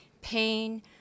pain